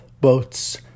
boats